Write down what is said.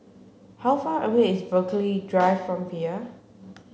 how far away is Burghley Drive from here